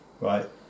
right